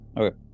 Okay